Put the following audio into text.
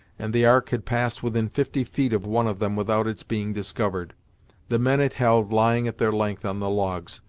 and the ark had passed within fifty feet of one of them without its being discovered the men it held lying at their length on the logs,